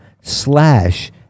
slash